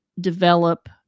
develop